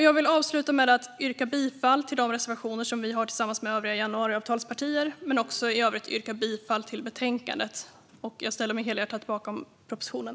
Jag vill avsluta med att yrka bifall till de reservationer som vi har tillsammans med övriga januariavtalspartier och i övrigt yrka bifall till förslaget i betänkandet. Jag ställer mig helhjärtat bakom propositionen.